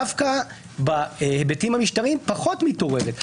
דווקא בהיבטים המשטריים פחות מתעוררת.